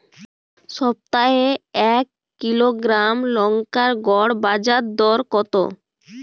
সপ্তাহে এক কিলোগ্রাম লঙ্কার গড় বাজার দর কতো?